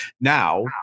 Now